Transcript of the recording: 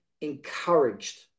encouraged